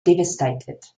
devastated